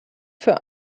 für